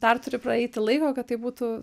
dar turi praeiti laiko kad tai būtų